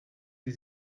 sie